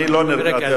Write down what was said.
אני לא נרגעתי,